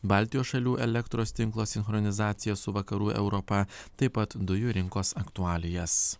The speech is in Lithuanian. baltijos šalių elektros tinklo sinchronizaciją su vakarų europa taip pat dujų rinkos aktualijas